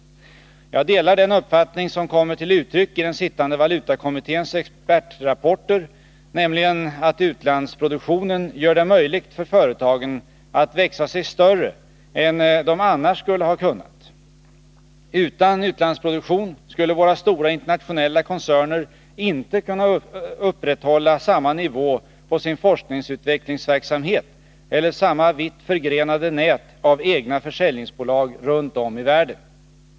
Jag delar den uppfattning som kommer till uttryck i den sittande valutakommitténs expertrapporter, nämligen att utlandsproduktionen gör det möjligt för företagen att växa sig större än de annars skulle ha kunnat. Utan utlandsproduktion skulle våra stora internationella koncerner inte kunna upprätthålla samma nivå på sin forskningsoch utvecklingsverksamhet eller samma vitt förgrenade nät av egna försäljningsbolag runt om i världen.